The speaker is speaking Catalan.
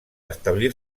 establir